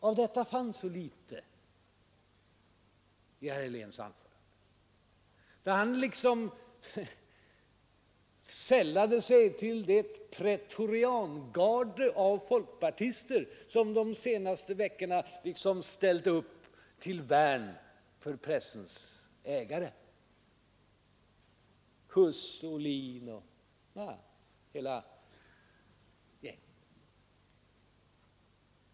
Av detta fanns så litet med i herr Heléns anförande. Herr Helén sällade sig till det pretoriangarde av folkpartister som de senaste veckorna liksom ställt upp till värn för pressens ägare — Huss, Ohlin och hela gänget.